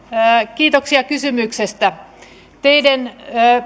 kiitoksia kysymyksestä teiden